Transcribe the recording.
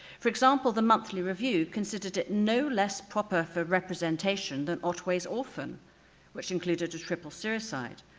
for example the monthly review considered it no less proper for representation than otways orphan which included a triple suicide.